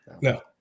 No